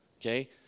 Okay